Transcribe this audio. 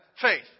faith